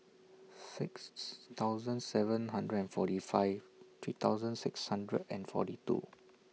six thousand seven hundred and forty five three thousand six hundred and forty two